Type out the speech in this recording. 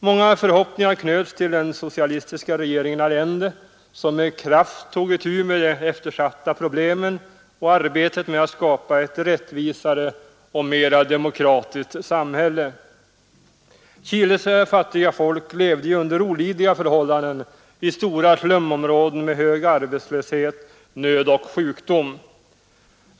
Många förhoppningar knöts till den socialistiska regeringen Allende, som med kraft tog itu med de eftersatta problemen och arbetet med att skapa ett rättvisare och mera demokratiskt samhälle. Chiles fattiga folk levde under olidliga förhållanden i stora stumområden med hög arbetslöshet, nöd och sjukdomar.